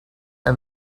and